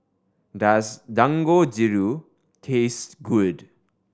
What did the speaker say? does Dangojiru taste good